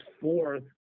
fourth